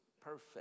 perfect